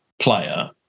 player